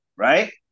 Right